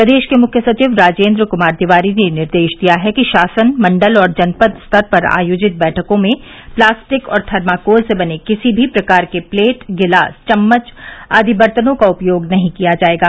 प्रदेश के मुख्य सचिव राजेन्द्र कुमार तिवारी ने निर्देश दिया है कि शासन मंडल और जनपद स्तर पर आयोजित बैठकों में प्लास्टिक और थर्माकोल से बने किसी भी प्रकार के प्लेट गिलास चम्मच आदि बर्तनों का उपयोग नहीं किया जायेगा